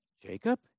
Jacob